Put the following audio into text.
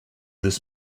this